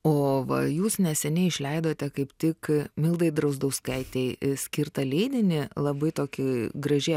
o va jūs neseniai išleidote kaip tik mildai drazdauskaitei skirtą leidinį labai tokį gražiai